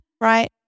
right